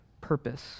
purpose